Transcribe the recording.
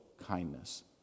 kindness